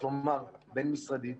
בין משרדית,